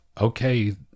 okay